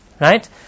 right